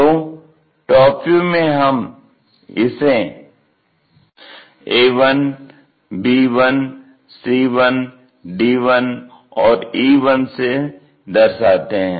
तो top view में हम इसे a 1 b 1 c 1 d 1 और e 1 से दर्शाते हैं